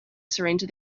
surrender